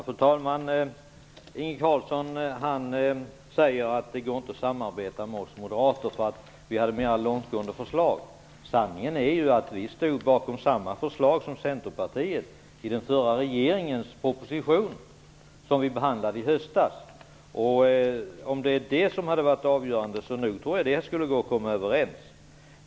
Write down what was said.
Fru talman! Inge Carlsson säger att det inte går att samarbeta med oss moderater för att vi hade mer långtgående förslag. Sanningen är att vi stod bakom samma förslag som Centerpartiet i den förra regeringens proposition, som vi behandlade i höstas. Om det var det som var det avgörande tror jag nog att det skulle gå att komma överens.